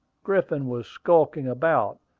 griffin was skulking about,